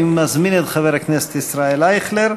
אני מזמין את חבר הכנסת ישראל אייכלר.